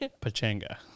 Pachanga